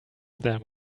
there